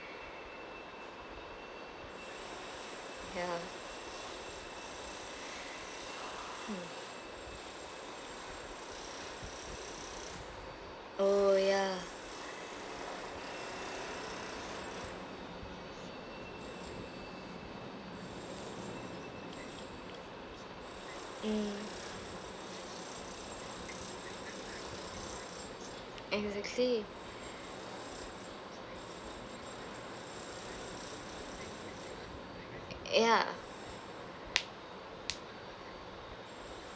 ya oh ya mm exactly ya